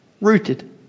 Rooted